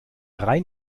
rhein